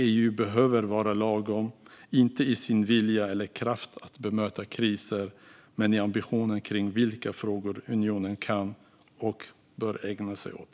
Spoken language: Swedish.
EU behöver vara lagom, inte i sin vilja eller kraft att bemöta kriser men i ambitionen kring vilka frågor unionen kan och bör ägna sig åt.